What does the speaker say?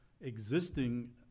existing